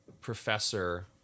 professor